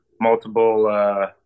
multiple